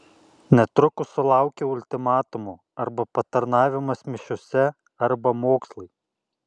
netrukus sulaukiau ultimatumo arba patarnavimas mišiose arba mokslai